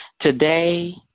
Today